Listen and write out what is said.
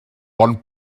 bon